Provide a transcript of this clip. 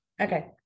Okay